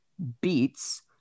beats